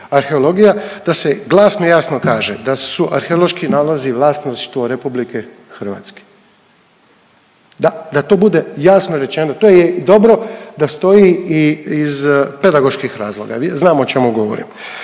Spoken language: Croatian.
arheologija da se glasno i jasno kaže da su arheološki nalazi vlasništvo RH. Da, da to bude jasno rečeno. To je dobro da stoji i iz pedagoških razloga, znam o čemu govorim.